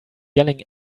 yelling